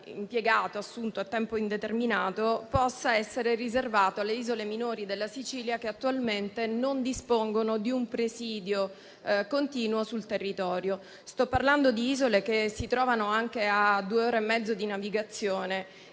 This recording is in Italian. impiegato, assunto a tempo indeterminato, possa essere riservato alle isole minori della Sicilia che attualmente non dispongono di un presidio continuo sul territorio. Sto parlando di isole che si trovano anche a due ore e mezzo di navigazione